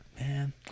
man